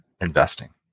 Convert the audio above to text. investing